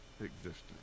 existence